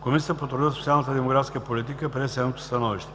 Комисията по труда, социалната и демографската политика прие следното становище: